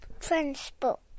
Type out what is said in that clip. transport